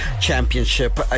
Championship